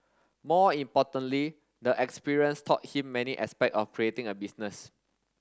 more importantly the experience taught him many aspect of creating a business